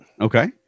Okay